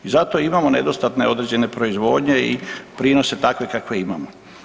I zato imamo nedostatne određene proizvodnje i prinose takve kakve imamo.